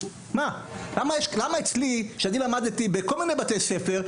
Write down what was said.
אני למדתי בכל מיני בתי ספר,